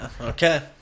Okay